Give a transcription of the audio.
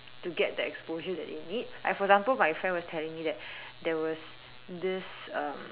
to get the exposure that they need like for example my friend was telling me that there was this um